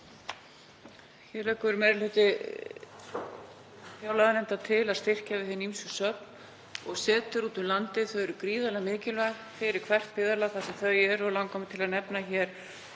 Hér leggur meiri hluti fjárlaganefndar til að styrkja hin ýmsu söfn og setur úti um landið. Þau eru gríðarlega mikilvæg fyrir hvert byggðarlag þar sem þau eru. Langar mig til að nefna hér